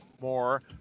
more